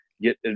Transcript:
get